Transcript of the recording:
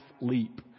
leap